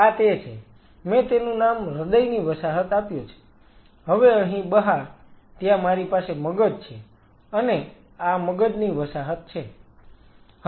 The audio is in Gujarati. આ તે છે મેં તેનું નામ હૃદયની વસાહત આપ્યું છે હવે અહીં બહાર ત્યાં મારી પાસે મગજ છે અને આ મગજની વસાહત છે